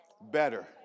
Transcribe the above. Better